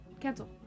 Cancel